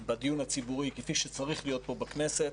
בדיון הציבורי שצריך להיות פה בכנסת,